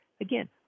Again